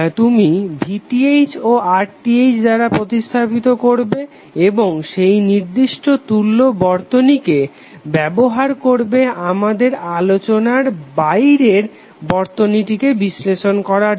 তুমি VTh ও RTh দ্বারা প্রতিস্থাপিত করবে এবং সেই নির্দিষ্ট তুল্য বর্তনীটিকে ব্যবহার করবে আমাদের আলোচনার বাইরের বর্তনীটিকে বিশ্লেষণ করার জন্য